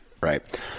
Right